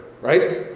right